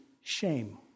shame